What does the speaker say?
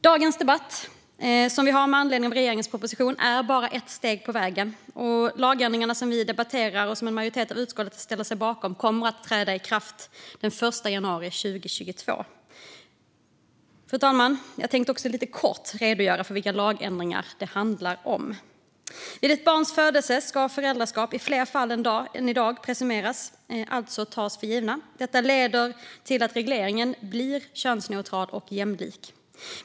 Dagens debatt med anledning av regeringens proposition är bara ett steg på vägen, och de lagändringar som vi debatterar - och som en majoritet av utskottet ställer sig bakom - kommer att träda i kraft den 1 januari 2022. Jag tänkte lite kort redogöra för vilka lagändringar det handlar om, fru talman. Vid ett barns födelse ska föräldraskap i fler fall än i dag presumeras, alltså tas för givet. Detta leder till att regleringen blir könsneutral och jämlik.